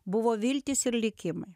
buvo viltys ir likimai